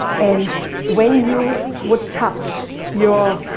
and when you would touch your,